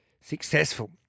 successful